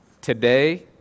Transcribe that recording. Today